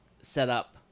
setup